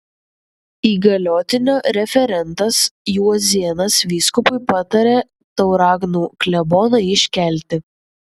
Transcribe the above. įgaliotinio referentas juozėnas vyskupui patarė tauragnų kleboną iškelti